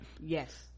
yes